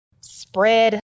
spread